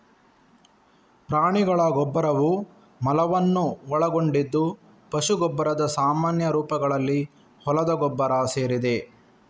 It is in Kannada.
ಪ್ರಾಣಿಗಳ ಗೊಬ್ಬರವು ಮಲವನ್ನು ಒಳಗೊಂಡಿದ್ದು ಪಶು ಗೊಬ್ಬರದ ಸಾಮಾನ್ಯ ರೂಪಗಳಲ್ಲಿ ಹೊಲದ ಗೊಬ್ಬರ ಸೇರಿದೆ